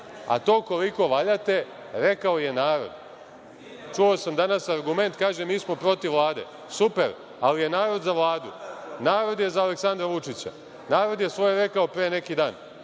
a to koliko valjate rekao je narod. Čuo sam danas argument, kaže – mi smo protiv Vlade. Super, ali je narod za Vladu, narod je za Aleksandra Vučića, narod je svoje rekao pre neki dan